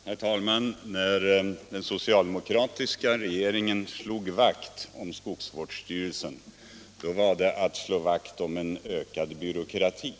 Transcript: Herr talman! När den socialdemokratiska regeringen slog vakt om skogsvårdsstyrelserna hette det att det var att slå vakt om en ökad byråkrati.